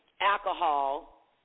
alcohol